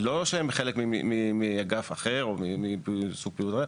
לא שהם חלק מאגף אחר או פעילות אחרת,